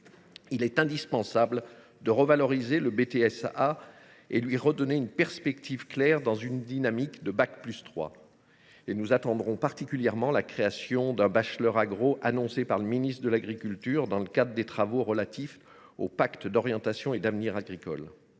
de technicien supérieur agricole (BTSA) et de lui redonner une perspective claire dans une dynamique à bac+3. Nous attendons particulièrement la création d’un bachelor agro, annoncée par M. le ministre de l’agriculture dans le cadre des travaux relatifs au pacte d’orientation et d’avenir agricoles.